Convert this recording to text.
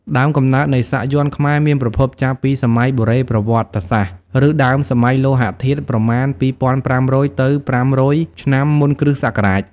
ដើមកំណើតនៃសាក់យ័ន្តខ្មែរមានប្រភពចាប់ពីសម័យបុរេប្រវត្តិសាស្ត្រឬដើមសម័យលោហធាតុ ប្រមាណ ២៥០០ ទៅ ៥០០ ឆ្នាំមុនគ្រិស្តសករាជ។